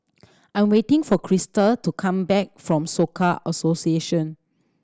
I'm waiting for Christa to come back from Soka Association